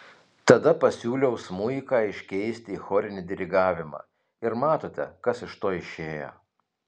tada pasiūliau smuiką iškeisti į chorinį dirigavimą ir matote kas iš to išėjo